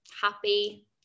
Happy